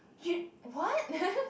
you what